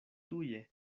tuje